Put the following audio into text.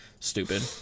stupid